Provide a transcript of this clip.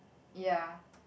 ya